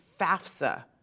FAFSA